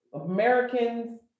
Americans